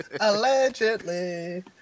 Allegedly